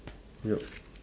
ya